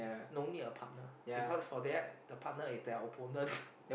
no need a partner because for that the partner is their opponent